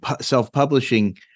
self-publishing